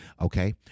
Okay